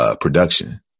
Production